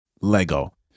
Lego